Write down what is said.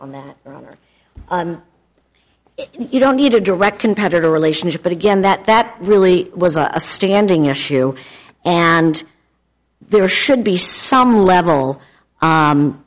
on that you don't need a direct competitor relationship but again that that really was a standing issue and there should be some level